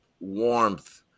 warmth